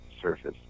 Surface